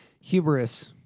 hubris